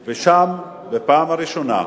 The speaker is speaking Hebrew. ושם, בפעם הראשונה,